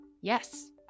Yes